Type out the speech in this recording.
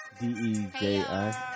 Deji